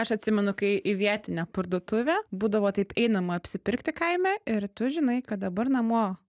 aš atsimenu kai į vietinę parduotuvę būdavo taip einam apsipirkti kaime ir tu žinai kad dabar namo